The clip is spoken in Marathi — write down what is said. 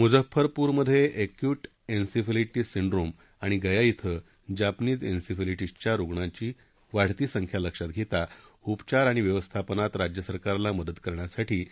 मुजफ्फरपूरमधे एक्यूट एन्सीफेलिटीस सिन्ड्रोम आणि गया क्वें जापनिज एन्सीफेलिटीसच्या रुग्णांची वाढती संख्या लक्षात घेता उपचार आणि व्यवस्थापनात राज्यसरकारला मदत करण्यासाठी